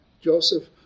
Joseph